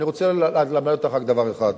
אבל אני רוצה ללמד אותך רק דבר אחד: